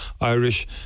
Irish